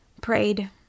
Prayed